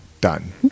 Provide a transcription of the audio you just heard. Done